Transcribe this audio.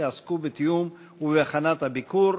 שעסקו בתיאום ובהכנה של הביקור,